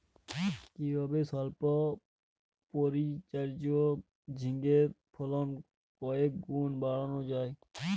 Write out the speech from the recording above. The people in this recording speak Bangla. কিভাবে সল্প পরিচর্যায় ঝিঙ্গের ফলন কয়েক গুণ বাড়ানো যায়?